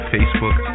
Facebook